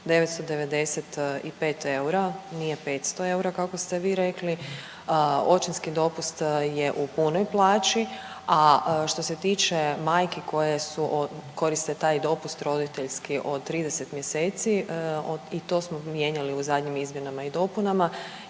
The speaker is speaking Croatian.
995 eura, nije 500 eura kako ste vi rekli. Očinski dopust je u punoj plaći, a što se tiče majki koje su, koriste taj dopust roditeljski od 30 mjeseci i to smo mijenjali u zadnjim izmjenama i dopunama